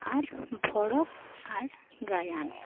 ᱟᱨ ᱵᱷᱚᱲᱚᱠ ᱟᱨ ᱜᱟᱭᱟᱱ